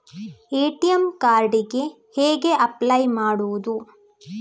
ATM card ಗೆ ಹೇಗೆ apply ಮಾಡುವುದು?